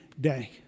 day